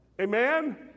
Amen